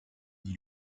dit